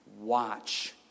Watch